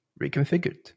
reconfigured